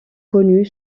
connue